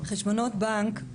חשבונות בנק,